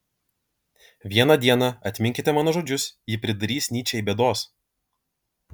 vieną dieną atminkite mano žodžius ji pridarys nyčei bėdos